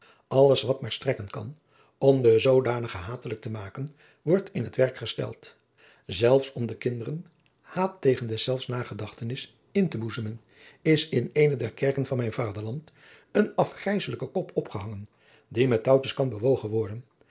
alles wat maar strekken kan om de zoodanigen hatelijk te maken wordt in het werk gesteld zelfs om den kinderen haat tegen deszelfs nagedachtenis in te boezemen is in eene der kerken van mijn vaderland een afgrijsselijke kop opgehangen die met touwtjes kan bewogen worden